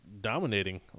dominating